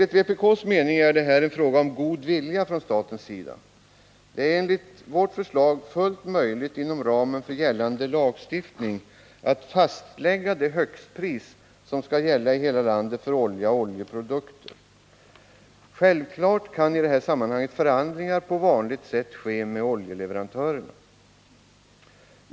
Vpk menar att det här är fråga om att visa god vilja från statens sida. Det är enligt vpk:s förslag fullt möjligt att inom ramen för gällande lagstiftning fastställa det högstpris som skall gälla i hela landet för olja och oljeprodukter. Självklart kan i detta sammanhang förhandlingar med oljeleverantörerna ske på vanligt sätt.